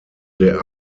der